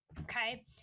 okay